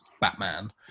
Batman